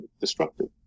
destructive